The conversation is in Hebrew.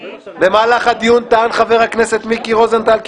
"במהלך הדיון טען חבר הכנסת מיקי רוזנטל כי